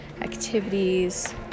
activities